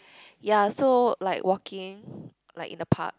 ya so like walking like in the park